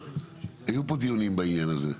היו פה דיונים בעניין הזה.